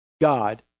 God